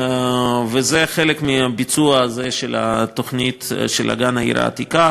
זה חלק מהביצוע של התוכנית של אגן העיר העתיקה,